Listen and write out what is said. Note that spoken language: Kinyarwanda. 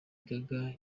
gaga